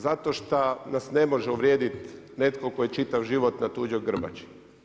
Zato što nas ne može uvrijediti netko tko je čitav život na tuđoj grbači.